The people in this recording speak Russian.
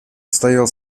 стоял